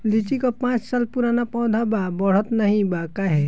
लीची क पांच साल पुराना पौधा बा बढ़त नाहीं बा काहे?